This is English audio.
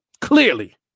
clearly